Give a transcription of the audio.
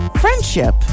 friendship